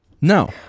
No